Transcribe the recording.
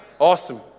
Awesome